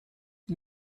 ils